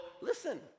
Listen